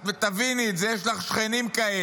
את תביני את זה, יש לך שכנים כאלה,